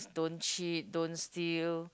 don't cheat don't steal